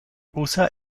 usa